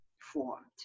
formed